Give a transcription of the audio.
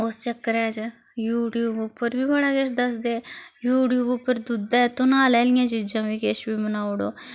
उस चक्करै च यूट्यूब उप्पर बी बड़ा किश दसदे यूट्यूब उप्पर दुद्धै तनाले आह्लियां चीजां बी किश बी बनाउड़ो